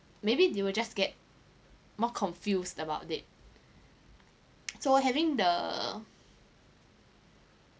maybe they will just get more confused about it so having the